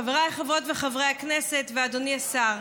חבריי חברות וחברי הכנסת ואדוני השר,